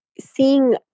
seeing